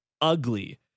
ugly